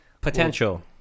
potential